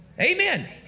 Amen